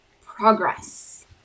progress